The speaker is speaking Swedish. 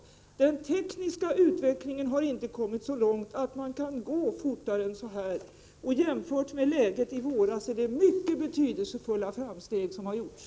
Den tekniska utvecklingen har inte kommit så långt att det är möjligt att gå fortare fram än så här, och jämfört med läget i våras har mycket betydelsefulla framsteg gjorts.